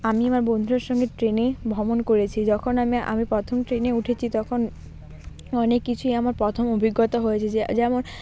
আমি আমার বন্ধুদের সঙ্গে ট্রেনে ভ্রমণ করেছি যখন আমি আমি প্রথম ট্রেনে উঠেছি তখন অনেক কিছুই আমার প্রথম অভিজ্ঞতা হয়েছে যেমন